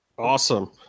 Awesome